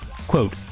Quote